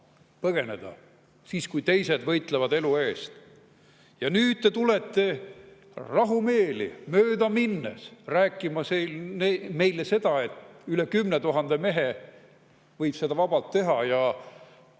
põgeneda, siis kui teised võitlevad elu eest. Nüüd te tulete rahumeeli, möödaminnes rääkima meile seda, et üle 10 000 mehe võib seda vabalt teha.